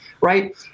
right